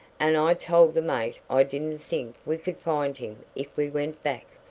and i told the mate i didn't think we could find him if we went back.